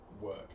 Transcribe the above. work